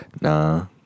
Nah